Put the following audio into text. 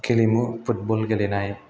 गेलेमुफोर football गेलेनाय